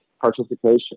participation